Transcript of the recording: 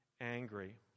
angry